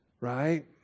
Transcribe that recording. Right